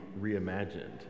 reimagined